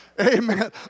Amen